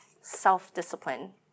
self-discipline